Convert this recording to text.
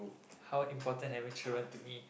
how important having children to me